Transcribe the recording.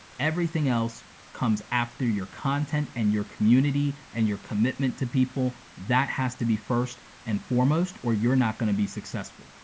everything else comes after your content and your community, and your commitment to people. that has to be first and foremost, or you're not gonna be successful.